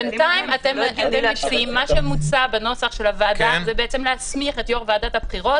מה שמוצע בנוסח של הוועדה זה להסמיך את יושב-ראש ועדת הבחירות